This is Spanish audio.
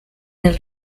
del